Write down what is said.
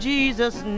Jesus